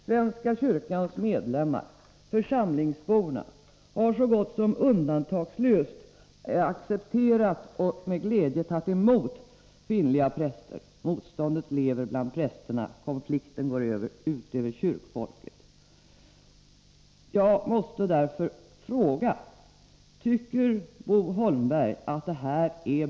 Svenska kyrkans medlemmar, församlingsborna, har så gott som undantagslöst accepterat och med glädje tagit emot kvinnliga präster. Motståndet lever bland prästerna. Konflikten går ut över kyrkfolket. Jag måste fråga: Tycker Bo Holmberg att detta är bra?